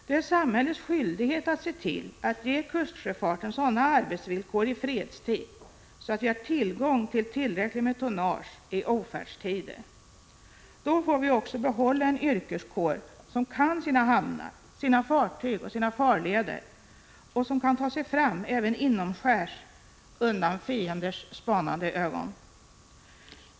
Det är samhällets skyldighet att se till att kustsjöfarten får sådana arbetsvillkor i fredstid att vi har tillgång till tillräckligt med tonnage i ofärdstider. Då får vi också behålla en yrkeskår som kan sina hamnar, sina fartyg och sina farleder och som kan ta sig fram även inomskärs undan fienders spanande ögon.